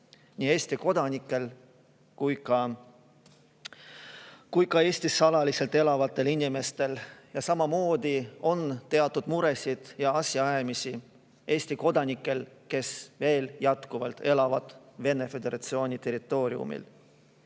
nii Eesti kodanikel kui ka Eestis alaliselt elavatel inimestel. Samamoodi on teatud muresid ja asjaajamisi Eesti kodanikel, kes elavad siiani Vene föderatsiooni territooriumil.